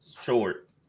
Short